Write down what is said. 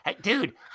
dude